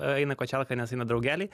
eina į kačialką nes eina draugeliai